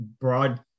broad